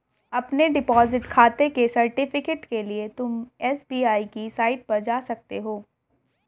अपने डिपॉजिट खाते के सर्टिफिकेट के लिए तुम एस.बी.आई की साईट पर जा सकते हो